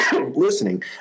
listening